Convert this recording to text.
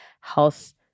health